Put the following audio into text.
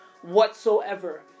whatsoever